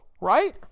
right